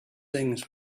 things